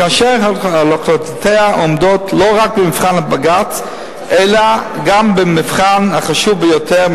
כאשר החלטותיה עומדות לא רק במבחן בג"ץ אלא גם במבחן החשוב ביותר,